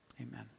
Amen